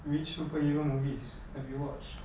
which superhero movies have you watched